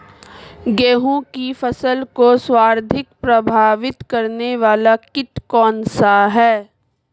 गेहूँ की फसल को सर्वाधिक प्रभावित करने वाला कीट कौनसा है?